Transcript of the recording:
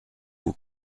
will